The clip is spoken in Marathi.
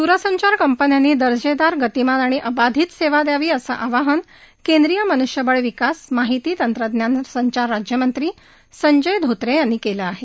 द्रसंचार कंपन्यांनी दर्जेदार गतीमान आणि अबाधित सेवा दयावी असं आवाहन केंद्रीय मन्ष्यबळ विकास माहिती तंत्रज्ञान संचार राज्यमंत्री संजय धोत्रे यांनी केलं आहे